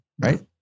right